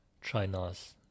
china's